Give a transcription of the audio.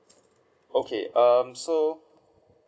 okay um so